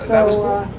that was cool.